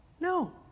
No